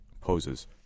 poses